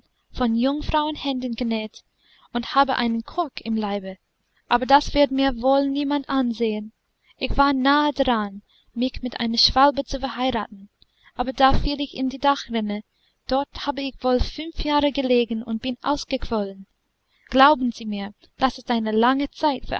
von jungfrauenhänden genäht und habe einen kork im leibe aber das wird mir wohl niemand ansehen ich war nahe daran mich mit einer schwalbe zu verheiraten aber da fiel ich in die dachrinne dort habe ich wohl fünf jahre gelegen und bin ausgequollen glauben sie mir das ist eine lange zeit